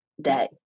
day